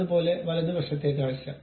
അതുപോലെ വലതുവശത്തെ കാഴ്ച